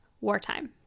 Wartime